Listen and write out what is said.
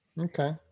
Okay